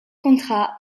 contrat